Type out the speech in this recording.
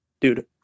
Dude